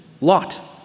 Lot